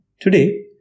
Today